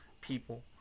people